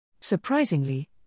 Surprisingly